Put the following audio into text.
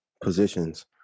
positions